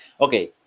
okay